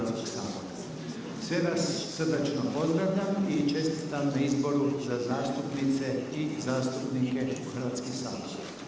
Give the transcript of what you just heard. Sve vas srdačno pozdravljam i čestitam na izboru za zastupnice i zastupnike u Hrvatski sabor.